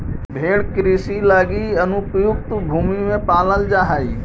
भेंड़ कृषि लगी अनुपयुक्त भूमि में पालल जा हइ